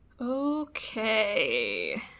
Okay